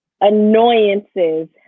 annoyances